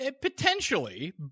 Potentially